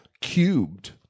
Cubed